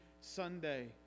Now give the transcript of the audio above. Sunday